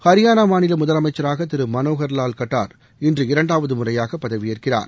ஹரியானா மாநில முதலமைச்சராக திரு மனோகா லால் கட்டார் இன்று இரண்டாவது முறையாக பதவியேற்கிறார்